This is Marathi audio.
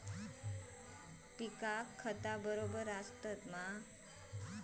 खता पिकाक बराबर आसत काय?